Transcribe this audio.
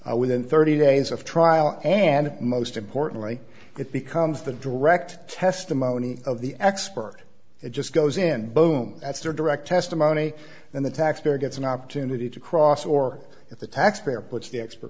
within thirty days of trial and most importantly it becomes the direct testimony of the expert it just goes in bone that's direct testimony in the taxpayer gets an opportunity to cross or if the taxpayer puts the expert